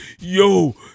yo